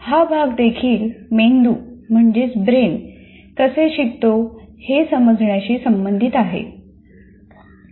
हा भाग देखील मेंदू कसे शिकतो हे समजण्याशी संबंधित आहे